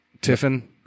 Tiffin